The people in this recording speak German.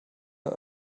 der